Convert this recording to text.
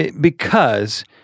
because-